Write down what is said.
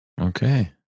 Okay